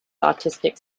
artistic